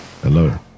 Hello